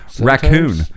Raccoon